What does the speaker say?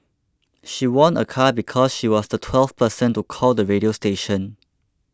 she won a car because she was the twelfth person to call the radio station